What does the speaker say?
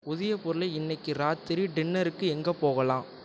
உதய்ப்பூரில் இன்னிக்கு ராத்திரி டின்னருக்கு எங்கே போகலாம்